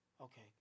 okay